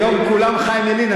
היום כולם חיים ילין.